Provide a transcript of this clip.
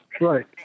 Right